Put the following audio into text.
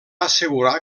assegurar